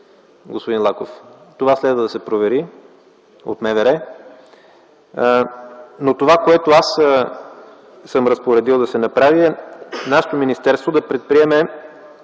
господин Лаков. Това следва да се провери от МВР. Това, което аз съм разпоредил да се направи, е нашето министерство да предприеме